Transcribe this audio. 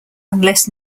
unless